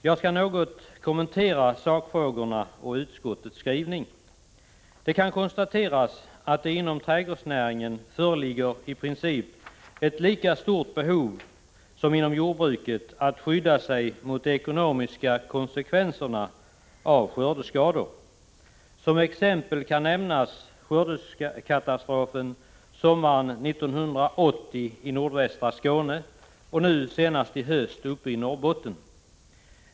Jag skall något kommentera sakfrågorna och utskottets skrivning. Det kan konstateras att det inom trädgårdsnäringen föreligger ett i princip lika stort behov som inom jordbruket av att skydda sig mot de ekonomiska konsekvenserna av skördeskador. Som exempel kan nämnas skördekatastro ferna sommaren 1980 i nordvästra Skåne och nu senast i höst i Norrbotten.